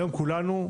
היום כולנו,